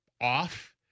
off